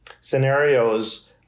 scenarios